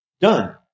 done